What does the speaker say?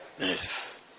Yes